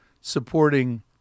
supporting